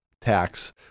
tax